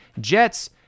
Jets